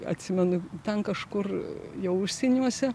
atsimenu ten kažkur jau užsieniuose